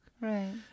right